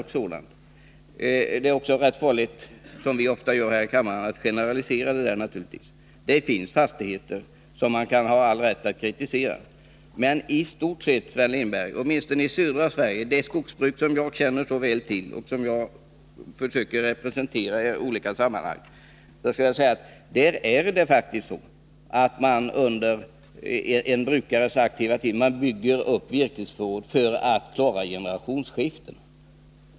Det är naturligtvis rätt farligt att generalisera om detta, som vi ofta gör här i kammaren. Det finns fastigheter som man kan ha all rätt att kritisera, men i stort sett, Sven Lindberg — åtminstone i södra Sverige, vars skogsbruk jag känner så väl till och försöker representera i olika sammanhang -— är det faktiskt så att man under en brukares aktiva tid bygger upp virkesförråd för att klara generationsskiften.